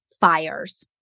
fires